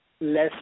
less